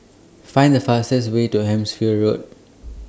Find The fastest Way to Hampshire Road